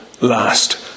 last